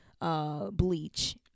bleach